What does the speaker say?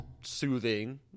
soothing